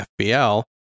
FBL